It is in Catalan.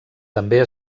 també